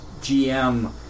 GM